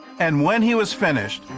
and when he was finished,